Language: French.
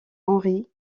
henry